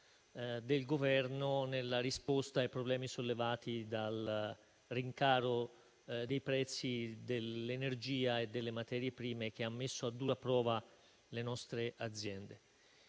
del Governo nella risposta ai problemi sollevati dal rincaro dei prezzi dell'energia e delle materie prime, che ha messo a dura prova le nostre aziende.